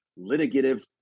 litigative